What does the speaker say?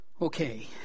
Okay